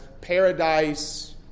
paradise